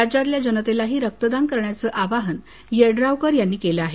राज्यातल्या जनतेलाही रक्तदान करण्याचं आवाहन यड्रावकर यांनी केलं आहे